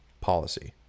policy